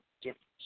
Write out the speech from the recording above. difference